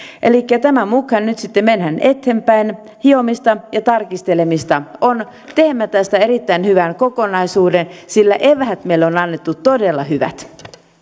elikkä tämän mukaan nyt sitten mennään eteenpäin hiomista ja tarkistelemista on mutta teemme tästä erittäin hyvän kokonaisuuden sillä meille on annettu todella hyvät